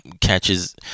catches